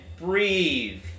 breathe